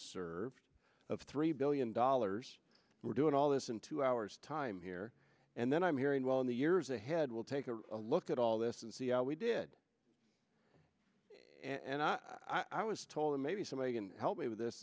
unserved of three billion dollars we're doing all this in two hours time here and then i'm hearing well in the years ahead we'll take a look at all this and see how we did and i i was told maybe somebody can help me with this